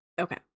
Okay